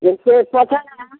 जैसे पटल है